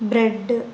bread